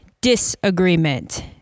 disagreement